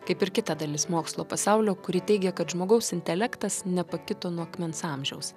kaip ir kita dalis mokslo pasaulio kuri teigia kad žmogaus intelektas nepakito nuo akmens amžiaus